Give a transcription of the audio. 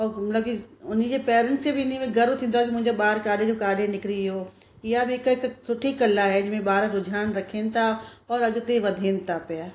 उहो ग लगीज उनी खे पेरेन्ट्स खे इन में गर्व थींदो आहे की मुंहिंजो ॿार काॾे खां काॾे निकिरी वियो इहा बि हिक हिकु सुठी कला आए जैं में ॿार रुझान रखनि था और अॻिते वधेन ता पिया